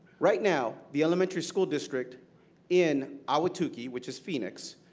right now the elementary school district in ahwatukee, which is phoenix,